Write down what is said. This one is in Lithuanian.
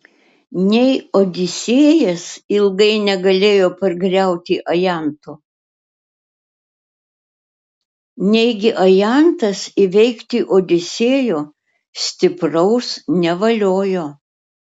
nei odisėjas ilgai negalėjo pargriauti ajanto neigi ajantas įveikti odisėjo stipraus nevaliojo